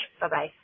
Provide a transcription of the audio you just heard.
Bye-bye